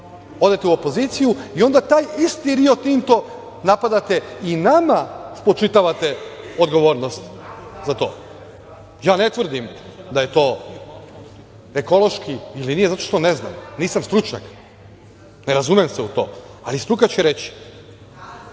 odete u opoziciju i onda isti taj Rio Tinto napadate i nama spočitavate odgovornost. Ja ne tvrdim da je to ekološki, zato što ne znam, nisam stručan čak, ne razumem se, ali struka će reći.